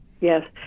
Yes